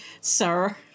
Sir